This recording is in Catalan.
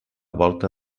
volta